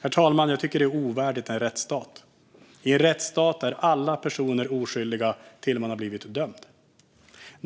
Herr talman! Jag tycker att det är ovärdigt en rättsstat. I en rättsstat är alla personer oskyldiga tills man har blivit dömd.